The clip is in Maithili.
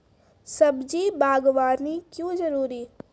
सब्जी बागवानी क्यो जरूरी?